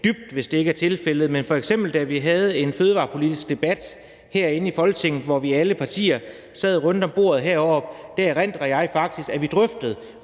dybt, hvis det ikke er tilfældet – da vi f.eks. havde en fødevarepolitisk debat herinde i Folketinget, hvor alle vi partier sad rundt om bordet, at vi også drøftede